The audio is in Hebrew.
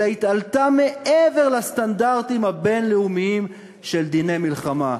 אלא התעלתה מעבר לסטנדרטים הבין-לאומיים של דיני מלחמה.